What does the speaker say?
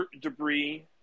debris